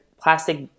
plastic